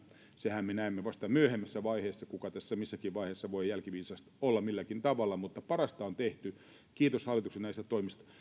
senhän me näemme vasta myöhemmässä vaiheessa kuka tässä missäkin vaiheessa voi jälkiviisas olla milläkin tavalla mutta parasta on tehty kiitos hallitukselle näistä toimista